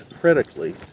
critically